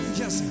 yes